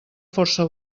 força